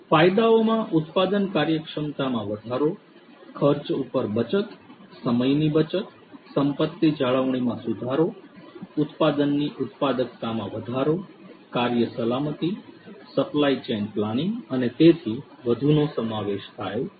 ફાયદાઓમાં ઉત્પાદન કાર્યક્ષમતામાં વધારો ખર્ચ પર બચત સમયની બચત સંપત્તિ જાળવણીમાં સુધારો ઉત્પાદનની ઉત્પાદકતામાં વધારો કાર્ય સલામતી સપ્લાય ચેઇન પ્લાનિંગ અને તેથી વધુનો સમાવેશ થાય છે